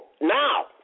now